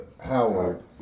Howard